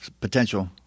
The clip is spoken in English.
potential